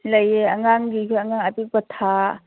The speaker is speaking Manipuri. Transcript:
ꯂꯩꯌꯦ ꯑꯉꯥꯡꯒꯤꯒ ꯑꯉꯥꯡ ꯑꯄꯤꯛꯄ ꯊꯥ